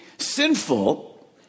Sinful